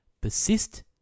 Persist